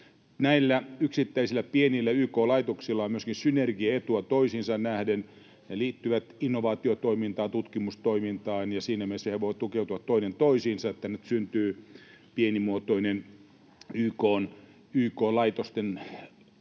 Näillä yksittäisillä pienillä YK-laitoksilla on myöskin synergiaetua toisiinsa nähden. Ne liittyvät innovaatiotoimintaan ja tutkimustoimintaan, ja siinä mielessä ne voivat tukeutua toinen toisiinsa, niin että nyt syntyy pienimuotoinen YK-laitosten osio,